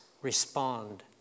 respond